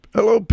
Hello